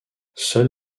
seul